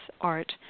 art